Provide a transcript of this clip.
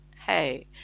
hey